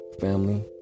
family